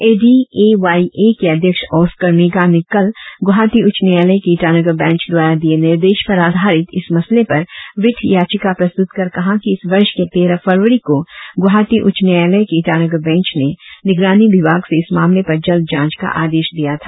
ADAYA के अध्यक्ष ओस्कर मेगा ने कल गुवाहाटी उच्च न्यायालय के ईटानगर बैंच द्वारा दिए निर्देश पर आधारित इस मसले पर रिट याचिका प्रस्तुत कर कहा कि इस वर्ष के तेरह फरवरी को गुवाहाटी उच्च न्यायालय के ईटानगर बैंच ने निगरानी विभाग से इस मामले पर जल्द जांच का आदेश दिया था